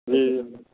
जी